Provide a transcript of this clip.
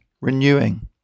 renewing